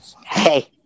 Hey